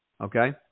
okay